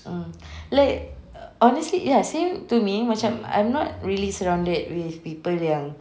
mm like honestly same to me macam I'm not really surrounded with people yang